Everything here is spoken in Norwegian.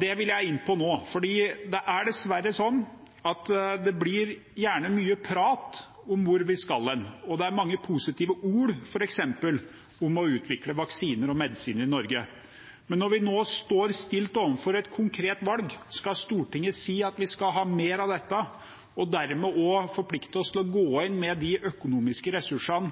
Det vil jeg inn på nå, for det er dessverre sånn at det gjerne blir mye prat om hvor vi skal, og det er mange positive ord, f.eks. om å utvikle vaksiner og medisiner i Norge. Men når vi nå blir stilt overfor et konkret valg – skal Stortinget si at vi skal ha mer av dette? – som også forplikter oss til å gå inn med de økonomiske ressursene